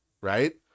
right